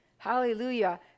hallelujah